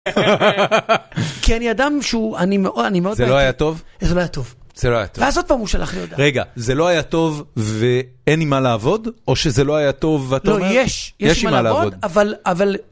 (צחוק) כי אני אדם שהוא, אני מאוד... זה לא היה טוב? זה לא היה טוב. זה לא היה טוב. ואז עוד פעם הוא שלח לי הודעה. רגע, זה לא היה טוב ואין עם מה לעבוד? או שזה לא היה טוב ואתה אומר... לא, יש. יש לי עם מה לעבוד. אבל.. אבל..